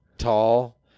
Tall